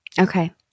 Okay